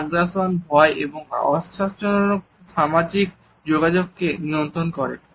এটি আগ্রাসন ভয় এবং অনাশ্চর্যজনক সামাজিক যোগাযোগকে নিয়ন্ত্রণ করে